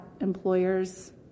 employer's